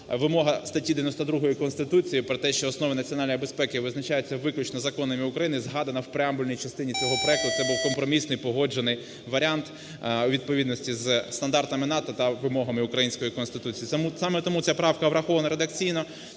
вимога статті 92 Конституції про те, що основи національної безпеки визначаються виключно законами України, згадана в преамбульній частині цього проекту, це був компромісний і погоджений варіант, у відповідності зі стандартами НАТО та вимогами української Конституції. Саме тому ця правка врахована редакційно,